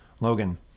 Logan